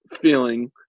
feeling